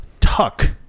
Tuck